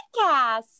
podcast